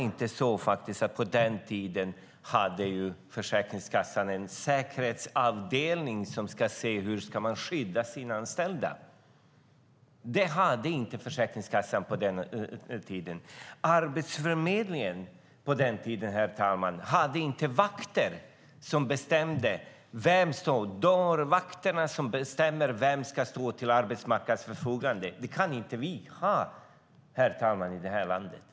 Men på den tiden hade inte Försäkringskassan en säkerhetsavdelning som skulle se till att skydda de anställda. Det hade inte Försäkringskassan på den tiden. Arbetsförmedlingen hade inte vakter som bestämde på den tiden, herr talman. Det fanns inga dörrvakter som bestämmer vem som ska stå till arbetsmarknadens förfogande. Det kan vi inte ha i det här landet.